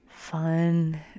fun